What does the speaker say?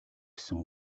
гэсэн